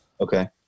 Okay